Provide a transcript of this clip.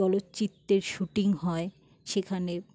চলচ্চিত্রের শুটিং হয় সেখানে